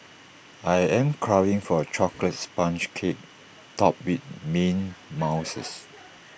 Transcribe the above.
I am craving for A Chocolate Sponge Cake Topped with mint mouses